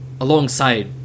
alongside